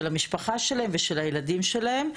של המשפחה שלהם ושל הילדים שלהם.